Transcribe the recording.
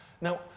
Now